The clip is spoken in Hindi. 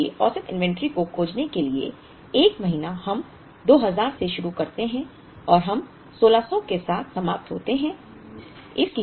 इसलिए औसत इन्वेंट्री को खोजने के लिए 1 महीना हम 2000 से शुरू करते हैं और हम 1600 के साथ समाप्त होते हैं